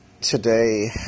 Today